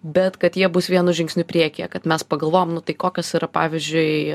bet kad jie bus vienu žingsniu priekyje kad mes pagalvojom nu tai kokios yra pavyzdžiui